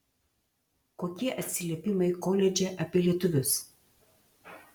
kokie atsiliepimai koledže apie lietuvius